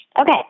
Okay